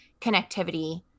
connectivity